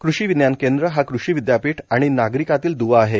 कृषी विज्ञान केंद्र हा कृषी विद्यापीठ आणि नागरिकातील द्वा आहे